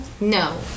No